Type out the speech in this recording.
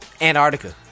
Antarctica